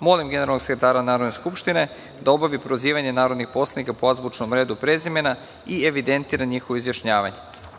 Molim generalnog sekretara Narodne skupštine da obavi prozivanje narodnih poslanika po azbučnom redu prezimena i evidentira njihovo izjašnjavanje.(Generalni